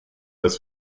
dass